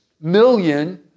million